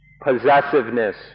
possessiveness